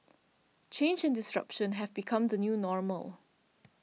change and disruption have become the new normal